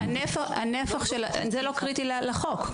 זה לא קריטי לחוק.